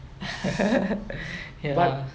ஏனா:yaenaa